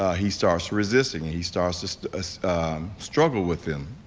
ah he starts resisting he starts this struggle with them.